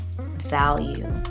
value